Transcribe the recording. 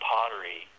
Pottery